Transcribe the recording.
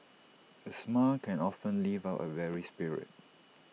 A smile can often lift up A weary spirit